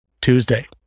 Tuesday